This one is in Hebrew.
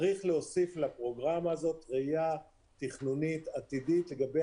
צריך להוסיף לפרוגרמה הזאת ראייה תכנונית עתידית לגבי